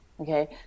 Okay